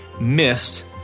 missed